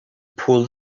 pull